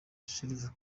salva